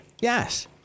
yes